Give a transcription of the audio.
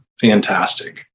fantastic